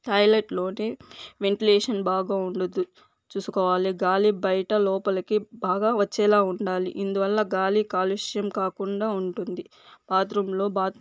టాయిలెట్లోనే ventilation బాగా ఉండదు చూసుకోవాలి గాలి బయట లోపలికి బాగా వచ్చేలా ఉండాలి ఇందువల్ల గాలి కాలుష్యం కాకుండా ఉంటుంది బాత్రూమ్లో బాత్